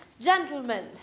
gentlemen